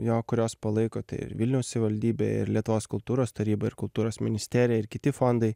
jo kurios palaiko tai ir vilniaus sivaldybė ir lietuvos kultūros taryba ir kultūros ministerija ir kiti fondai